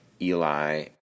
Eli